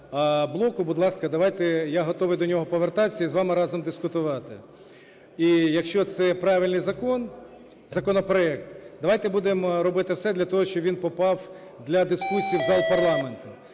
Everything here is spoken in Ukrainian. блоку, будь ласка, давайте, я готовий до нього повертатися і з вами разом дискутувати. І якщо це правильний закон, законопроект, давайте будемо робити все для того, щоб він попав для дискусій в зал парламенту.